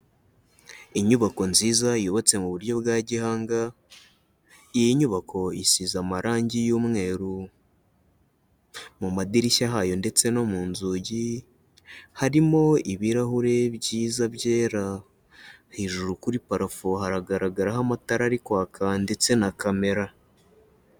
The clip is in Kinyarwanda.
Inyubako nziza yubatse mu buryo bwa gihanga, iyi nyubako isize amarange y'umweru, mu madirishya hayo ndetse no mu nzugi harimo ibirahure byiza byera, hejuru kuri parafo haragaragaraho amatara ari kwaka ndetse na kamera.